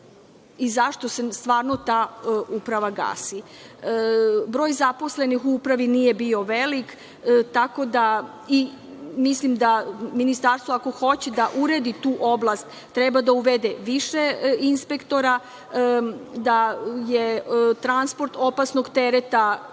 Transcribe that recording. i zašto se stvarno ta uprava gasi? Broj zaposlenih u upravi nije bio veliki i mislim da Ministarstvo, ako hoće da uredi tu oblast, treba da uvede više inspektora, da je transport opasnog tereta jako, da